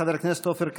חבר הכנסת עופר כסיף.